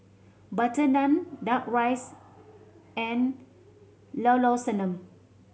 butter naan Duck Rice and Llao Llao Sanum